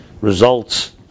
results